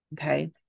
Okay